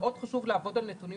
מאוד חשוב לעבוד על בסיס נתונים